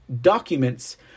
documents